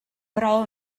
però